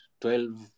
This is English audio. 12